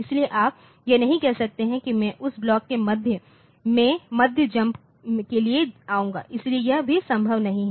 इसलिए आप यह नहीं कह सकते हैं कि मैं इस ब्लॉक के मध्य में मध्य जम्प के लिए आऊंगा इसलिए यह भी संभव नहीं है